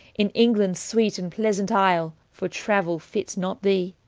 in englandes sweet and pleasant isle for travell fits not thee.